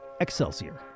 Excelsior